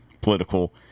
political